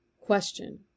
Question